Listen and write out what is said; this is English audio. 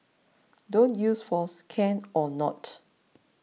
don't use force can or not